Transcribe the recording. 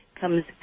comes